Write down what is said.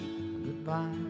goodbye